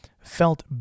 felt